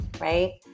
right